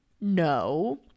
No